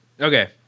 Okay